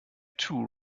two